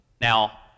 Now